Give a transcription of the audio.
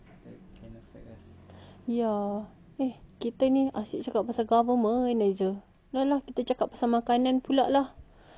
eh kita ni asyik cakap pasal government aje dah lah kita cakap pasal makanan pula lah mm I'm hungry already do you want to eat